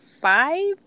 five